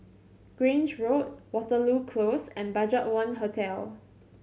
Grange Road Waterloo Close and BudgetOne Hotel